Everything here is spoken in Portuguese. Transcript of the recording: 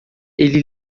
ele